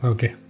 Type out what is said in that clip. Okay